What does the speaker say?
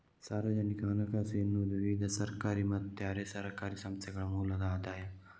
ಸಾರ್ವಜನಿಕ ಹಣಕಾಸು ಎನ್ನುವುದು ವಿವಿಧ ಸರ್ಕಾರಿ ಮತ್ತೆ ಅರೆ ಸರ್ಕಾರಿ ಸಂಸ್ಥೆಗಳ ಮೂಲದ ಆದಾಯ